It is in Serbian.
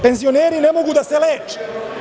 Penzioneri ne mogu da se leče.